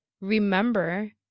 remember